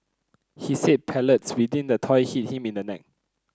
he said pellets within the toy hit him in the neck